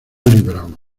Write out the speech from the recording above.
libramos